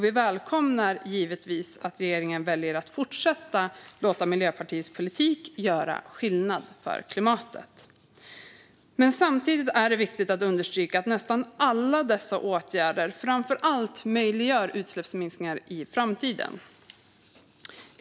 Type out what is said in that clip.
Vi välkomnar givetvis att regeringen väljer att fortsätta låta Miljöpartiets politik göra skillnad för klimatet. Samtidigt är det viktigt att understryka att nästan alla dessa åtgärder framför allt möjliggör utsläppsminskningar i framtiden.